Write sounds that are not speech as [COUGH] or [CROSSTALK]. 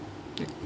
[NOISE]